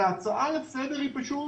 וההצעה לסדר היא פשוט